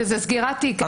שזה סגירת תיק.